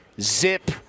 zip